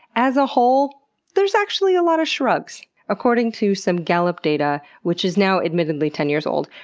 as a whole there's actually a lot of shrugs. according to some gallup data, which is now admittedly ten years old,